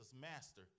Master